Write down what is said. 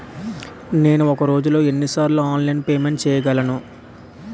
నేను ఒక రోజులో ఎన్ని సార్లు ఆన్లైన్ పేమెంట్ చేయగలను?